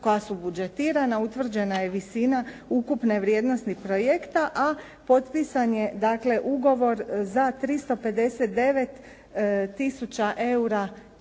koja su budžetirana, utvrđena je visina ukupne vrijednosti projekta, a potpisan je dakle ugovor za 359 tisuća